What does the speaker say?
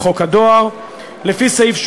הדואר לנזק שנגרם בשל איחור במסירת דבר דואר או